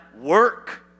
work